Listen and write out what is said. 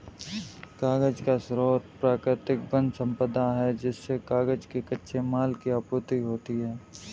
कागज का स्रोत प्राकृतिक वन सम्पदा है जिससे कागज के कच्चे माल की आपूर्ति होती है